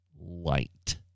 light